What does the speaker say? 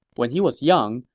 when he was young,